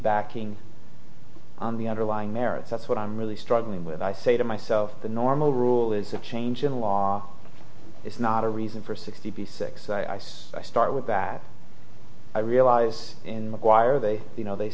backing on the underlying merits that's what i'm really struggling with i say to myself the normal rule is a change in law is not a reason for sixty six ice i start with that i realize in mcguire they you know they